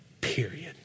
period